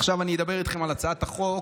עכשיו אני אדבר איתכם על הצעת החוק,